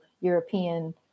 European